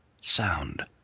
sound